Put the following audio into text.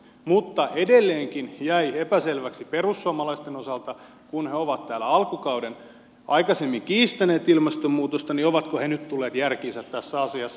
mutta edelleenkin jäi epäselväksi perussuomalaisten osalta kun he ovat täällä alkukauden aikaisemmin kiistäneet ilmastonmuutosta ovatko he nyt tulleet järkiinsä tässä asiassa